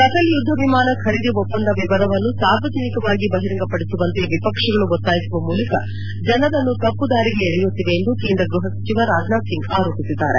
Rafale ಯುದ್ಧ ವಿಮಾನ ಖರೀದಿ ಒಪ್ಪಂದ ವಿವರವನ್ನು ಸಾರ್ವಜನಿಕವಾಗಿ ಬಹಿರಂಗಪಡಿಸುವಂತೆ ವಿಪಕ್ಷಗಳು ಒತ್ತಾಯಿಸುವ ಮೂಲಕ ಜನರನ್ನು ತಮ್ಪದಾರಿಗೆ ಎಳೆಯುತ್ತಿವೆ ಎಂದು ಕೇಂದ್ರ ಗೃಪ ಸಚಿವ ರಾಜನಾಥ್ಸಿಂಗ್ ಆರೋಪಿಸಿದ್ದಾರೆ